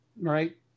right